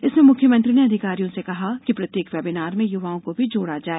इसमें मुख्यमंत्री ने अधिकारियों से कहा कि प्रत्येक वेबीनार में युवाओं को भी जोड़ा जाए